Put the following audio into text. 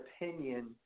opinion